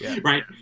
right